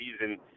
season